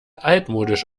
altmodisch